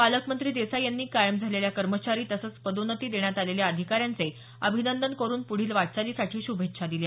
पालकमंत्री देसाई यांनी कायम झालेल्या कर्मचारी आणि पदोन्नती देण्यात आलेल्या अधिकारी यांचे अभिनंदन करून प्रढील वाटचालीसाठी श्रभेच्छा दिल्या